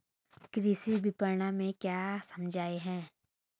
कृषि विपणन में क्या समस्याएँ हैं?